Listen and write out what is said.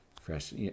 Fresh